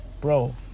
Bro